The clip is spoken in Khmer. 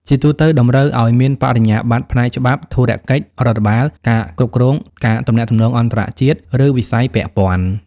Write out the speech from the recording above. ជាទូទៅ តម្រូវឱ្យមាន បរិញ្ញាបត្រ ផ្នែកច្បាប់ ធុរកិច្ច រដ្ឋបាល ការគ្រប់គ្រង ការទំនាក់ទំនងអន្តរជាតិ ឬវិស័យពាក់ព័ន្ធ។